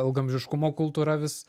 ilgaamžiškumo kultūra vis